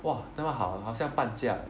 !wah! 那么好 ah 好像半价